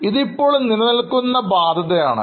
ഇത് ഇപ്പോൾ നിലനിൽക്കുന്ന ബാധ്യത ആണ്